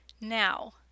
Now